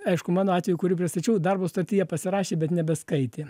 aišku mano atveju kurį pristačiau darbo sutartį jie pasirašė bet nebeskaitė